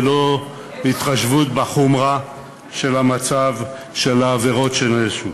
ללא התחשבות בחומרה של העבירות שנעשו.